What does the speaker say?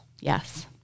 Yes